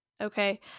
okay